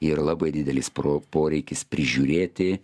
yra labai didelis pro poreikis prižiūrėti